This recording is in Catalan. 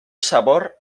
sabor